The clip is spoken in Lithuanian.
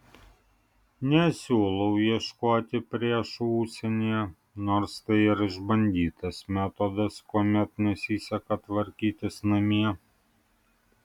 nesiūlau ieškoti priešų užsienyje nors tai ir išbandytas metodas kuomet nesiseka tvarkytis namie